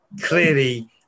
clearly